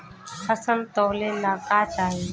फसल तौले ला का चाही?